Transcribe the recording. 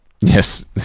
Yes